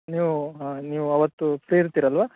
ನೀವು ನೀವು ಅವತ್ತು ಫ್ರೀ ಇರ್ತೀರಲ್ಲವಾ